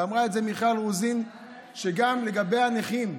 אמרה מיכל רוזין שגם הנכים,